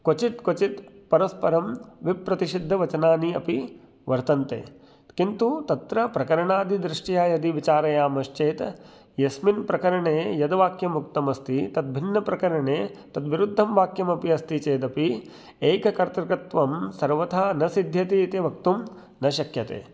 क्वचित् क्वचित् परस्परं विप्रतिषिद्धवचनानि अपि वर्तन्ते किन्तु तत्र प्रकरणादि दृष्ट्वा यदि विचारयामश्चेत् यस्मिन् प्रकरणे यद्वाक्यमुक्तम् अस्ति तद्भिन्नप्रकरणे तद्विरुद्धं वाक्यमपि अस्ति चेदपि एककर्तृकत्वं सर्वथा न सिद्ध्यति इति वक्तुं न शक्यते